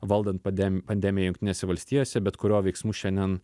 valdant pade pandemiją jungtinėse valstijose bet kurio veiksmų šiandien